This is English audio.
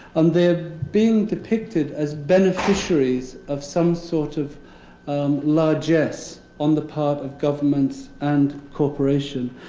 and they're being depicted as beneficiaries of some sort of um largesse on the part of governments and corporation.